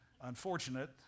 Unfortunate